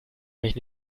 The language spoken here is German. mich